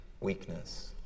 weakness